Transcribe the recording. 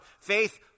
Faith